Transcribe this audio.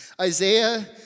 Isaiah